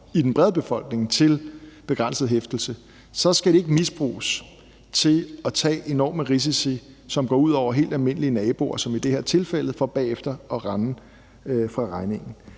i den brede befolkning til begrænset hæftelse, så skal det ikke misbruges til at tage enorme risici, der som i det her tilfælde går ud over helt almindelige naboer, for bagefter at kunne rende fra regningen.